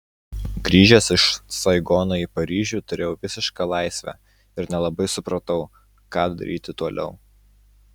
grįžęs iš saigono į paryžių turėjau visišką laisvę ir nelabai supratau ką daryti toliau